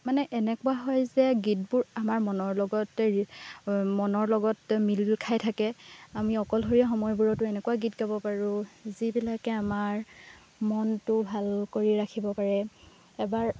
মানে এনেকুৱা হয় যে গীতবোৰ আমাৰ মনৰ লগত মনৰ লগত মিল খাই থাকে আমি অকলশৰীয়া সময়বোৰতো এনেকুৱা গীত গাব পাৰোঁ যিবিলাকে আমাৰ মনটো ভাল কৰি ৰাখিব পাৰে এবাৰ